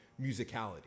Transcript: musicality